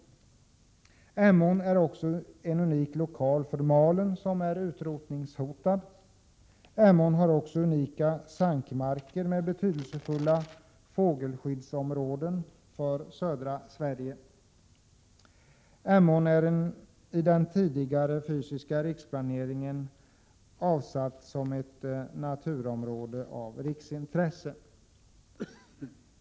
Emån är också en unik lokal för malen som är utrotningshotad. Emån har också unika sankmarker med betydelsefulla fågelskyddsområden för södra Sverige. Emårn är i den tidigare fysiska riksplaneringen avsatt som ett naturområde av riksintresse.